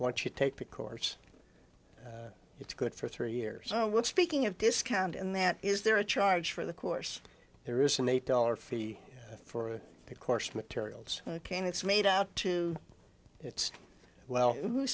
once you take the course it's good for three years i will speaking of discount and that is there a charge for the course there is an eight dollar fee for the course materials can it's made out to it's well